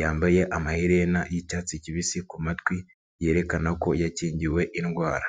yambaye amaherena y'icyatsi kibisi ku matwi yerekana ko yakingiwe indwara.